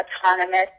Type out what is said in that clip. autonomous